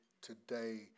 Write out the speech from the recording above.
today